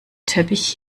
teppich